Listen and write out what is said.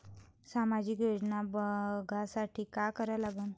सामाजिक योजना बघासाठी का करा लागन?